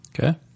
Okay